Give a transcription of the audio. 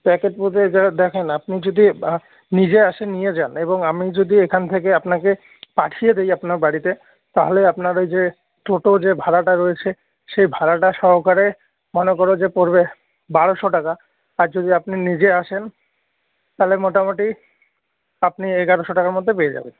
packet বলতে যেটা দেখেন আপনি যদি নিজে এসে নিয়ে যান এবং আমি যদি এখান থেকে আপনাকে পাঠিয়ে দিই আপনার বাড়িতে তাহলে আপনার ওই যে টোটো যে ভাড়াটা রয়েছে সেই ভাড়াটা সহকারে মনে করো যে পড়বে বারোশো টাকা আর যদি আপনি নিজে আসেন তাহলে মোটামুটি আপনি এগারোশো টাকার মধ্যে পেয়ে যাবেন